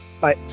bye